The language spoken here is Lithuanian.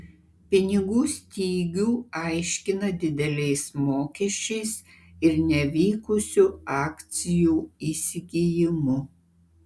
pinigų stygių aiškina dideliais mokesčiais ir nevykusiu akcijų įsigijimu